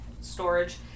storage